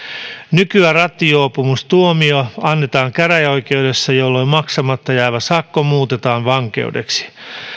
nykyään rattijuopumustuomio annetaan käräjäoikeudessa jolloin maksamatta jäävä sakko muutetaan vankeudeksi